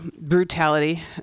brutality